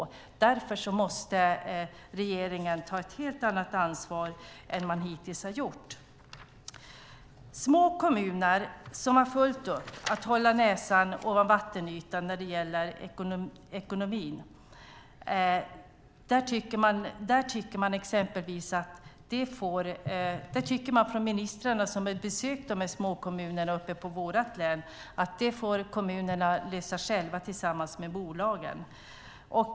Därför måste regeringen ta ett helt annat ansvar än man hittills har gjort. När det gäller små kommuner som har fullt upp med att hålla näsan ovan vattenytan när det gäller ekonomin tycker ministrarna som har besökt de här småkommunerna uppe i vårt län att det får kommunerna lösa själva tillsammans med bolagen.